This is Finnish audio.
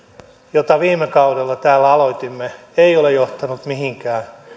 jota viime kaudella täällä aloitimme ei ole johtanut mihinkään